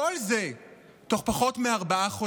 כל זה תוך פחות מארבעה חודשים.